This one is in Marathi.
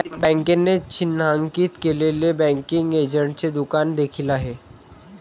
बँकेने चिन्हांकित केलेले बँकिंग एजंटचे दुकान देखील आहे